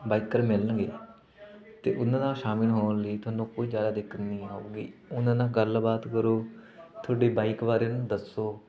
biker ਮਿਲਣਗੇ ਅਤੇ ਉਹਨਾਂ ਨਾਲ ਸ਼ਾਮਲ ਹੋਣ ਲਈ ਤੁਹਾਨੂੰ ਕੋਈ ਜ਼ਿਆਦਾ ਦਿੱਕਤ ਨਹੀਂ ਆਊਗੀ ਉਹਨਾਂ ਨਾਲ ਗੱਲਬਾਤ ਕਰੋ ਤੁਹਾਡੀ ਬਾਈਕ ਬਾਰੇ ਉਹਨਾਂ ਨੂੰ ਦੱਸੋ